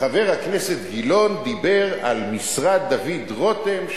חבר הכנסת גילאון דיבר על משרד דוד רותם,